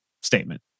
statement